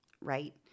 right